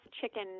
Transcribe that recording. chicken